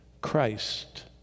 Christ